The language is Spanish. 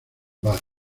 bath